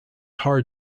hard